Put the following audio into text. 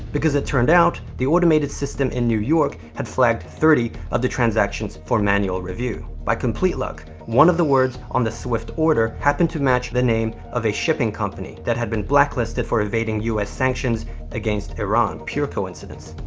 because it turned out the automated system in new york had flagged thirty of the transactions for manual review. by complete luck, one of the words on the swift order happened to match the name of a shipping company that had been blacklisted for evading us sanctions against iran, pure coincidence.